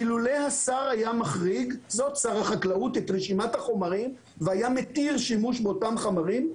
אילולא השר היה מחריג את רשימת החומרים והיה מתיר שימוש באותם חומרים,